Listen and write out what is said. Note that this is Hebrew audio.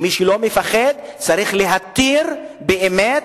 ומי שלא מפחד צריך להכיר באמת